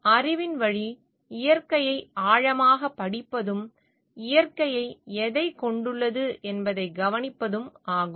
அறிவின் வழி இயற்கையை ஆழமாகப் படிப்பதும் இயற்கை எதைக் கொண்டுள்ளது என்பதைக் கவனிப்பதும் ஆகும்